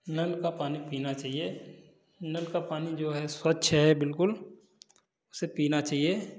नल का पानी पीना चाहिए नल का पानी जो है स्वच्छ है बिल्कुल उसे पीना चाहिए